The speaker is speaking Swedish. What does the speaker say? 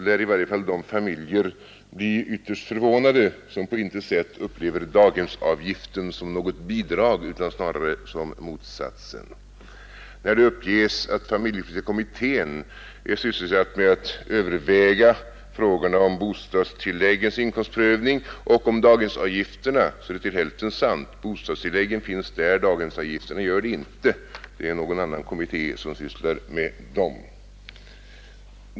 I varje fall de familjer som på intet sätt upplever daghemsavgiften som något bidrag utan snarare som motsatsen lär bli ytterst förvånade över detta. När det vidare uppges att familjepolitiska kommittén är sysselsatt med att överväga frågorna om bostadstilläggens inkomstprövning och om daghemsavgifterna är det till hälften sant. Bostadstilläggen behandlas där men inte daghemsavgifterna. Det är någon annan kommitté som sysslar med dem.